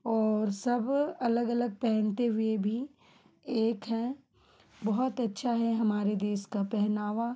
और सब अलग अलग पहनते हुए भी एक है बहुत अच्छा है हमारे देश का पहनावा